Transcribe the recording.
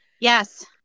Yes